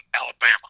Alabama